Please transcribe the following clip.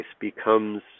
becomes